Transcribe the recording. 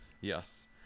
Yes